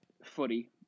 footy